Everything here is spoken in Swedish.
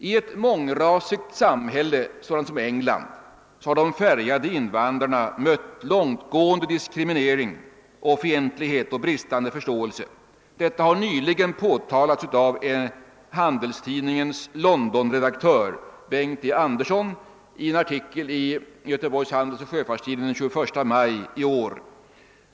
I ett mångrasigt samhälle, sådant som England, har de färgade invandrarna mött långtgående diskriminering, fientlighet och bristande förståelse. Detta har nyligen påtalats av Göteborgs Handelsoch Sjöfarts-Tidnings Londonredaktör Bengt E. Anderson i en artikel i tidningen den 21 maj i år.